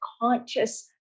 conscious